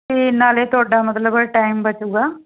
ਅਤੇ ਨਾਲ ਤੁਹਾਡਾ ਮਤਲਬ ਟਾਈਮ ਬਚੇਗਾ